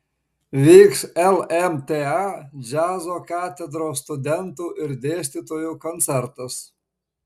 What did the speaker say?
vyks lmta džiazo katedros studentų ir dėstytojų koncertas